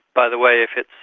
by the way, if it's,